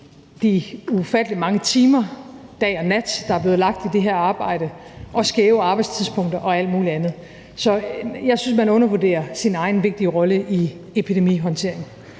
de ufattelig mange timer, dag og nat, der er blevet lagt i det her arbejde, hvor der har været skæve arbejdstidspunkter og alt muligt andet. Så jeg synes, man undervurderer sin egen vigtige rolle i epidemihåndteringen.